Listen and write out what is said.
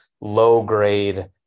low-grade